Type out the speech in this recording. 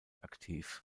aktiv